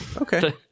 Okay